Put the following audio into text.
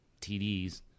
TDs